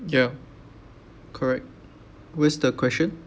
ya correct where's the question